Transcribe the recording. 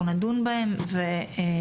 אנחנו נדון בהן ונכריע.